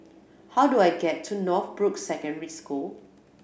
how do I get to Northbrooks Secondary School